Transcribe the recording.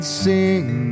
sing